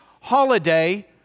holiday